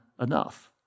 enough